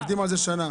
עובדים על זה שנה?